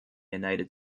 united